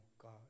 God